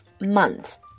month